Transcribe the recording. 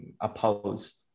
opposed